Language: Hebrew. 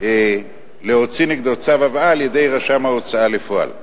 יהיה אפשר להוציא נגדו צו הבאה על-ידי רשם ההוצאה לפועל.